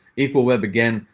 equal web, again,